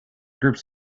groups